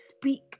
speak